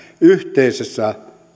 yhteisessä